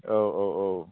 औ औ औ